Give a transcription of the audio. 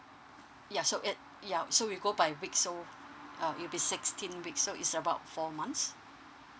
ya so it ya so we go by week so um it will be sixteen weeks so is about four months